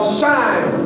shine